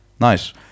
Nice